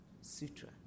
sutra